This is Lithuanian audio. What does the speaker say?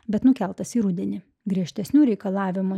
bet nukeltas į rudenį griežtesnių reikalavimų